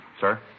Sir